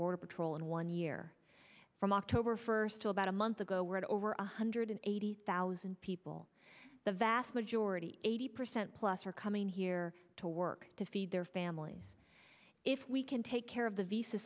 border patrol in one year from october first to about a month ago we had over one hundred eighty thousand people the vast majority eighty percent plus are coming here to work to feed their families if we can take care of the visa